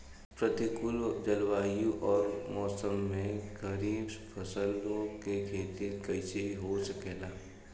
प्रतिकूल जलवायु अउर मौसम में खरीफ फसलों क खेती कइसे हो सकेला?